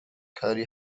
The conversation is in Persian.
کاری